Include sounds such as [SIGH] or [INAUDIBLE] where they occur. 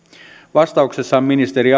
vastauksessaan ministeri [UNINTELLIGIBLE]